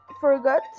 Forgot